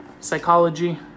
psychology